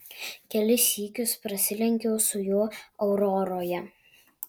kelis sykius prasilenkiau su juo auroroje